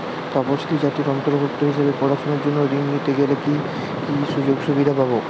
তফসিলি জাতির অন্তর্ভুক্ত হিসাবে পড়াশুনার জন্য ঋণ নিতে গেলে কী কী সুযোগ সুবিধে পাব?